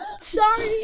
Sorry